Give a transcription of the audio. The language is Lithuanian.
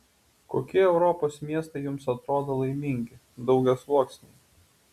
kokie europos miestai jums atrodo laimingi daugiasluoksniai